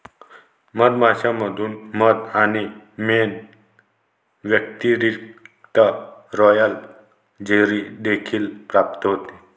मधमाश्यांमधून मध आणि मेण व्यतिरिक्त, रॉयल जेली देखील प्राप्त होते